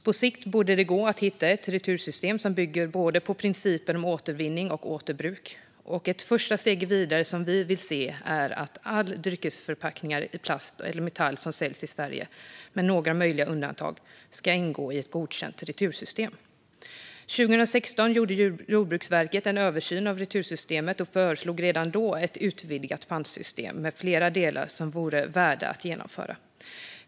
På sikt borde det gå att hitta ett retursystem som bygger på principer om både återvinning och återbruk, och ett första steg vidare som vi vill se är att alla dryckesförpackningar i plast eller metall som säljs i Sverige, med några möjliga undantag, ingår i ett godkänt retursystem. År 2016 gjorde Jordbruksverket en översyn av retursystemet och föreslog redan då ett utvidgat pantsystem med flera delar som vore värda att genomföra.